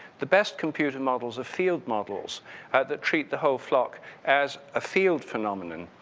the best computer models are field models that treat the whole flock as a field phenomenon.